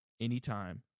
anytime